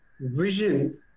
vision